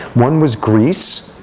one was greece.